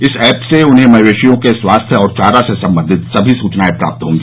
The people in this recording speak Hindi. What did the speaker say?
इस ऐप से उन्हें मवेशियों के स्वास्थ्य और चारा से संबंधित सभी सूचनाएं प्राप्त होंगी